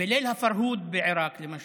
בליל הפרהוד בעיראק, למשל,